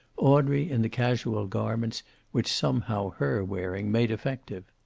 audrey in the casual garments which somehow her wearing made effective.